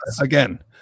Again